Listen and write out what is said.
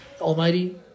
Almighty